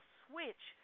switch